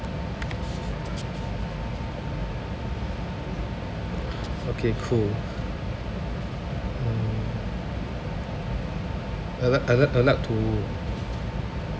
okay cool mm I'd like I'd like I'd like to